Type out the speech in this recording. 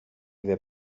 their